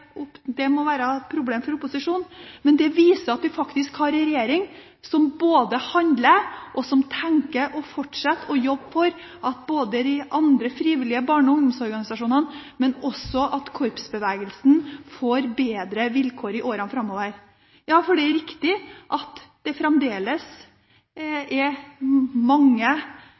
det, må være et problem for opposisjonen, men det viser at vi faktisk har en regjering som både handler, tenker og fortsetter å jobbe for at de andre frivillige barne- og ungdomsorganisasjonene og også korpsbevegelsen får bedre vilkår i årene framover. Det er riktig at det fremdeles er mange